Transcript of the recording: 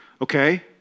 okay